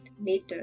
later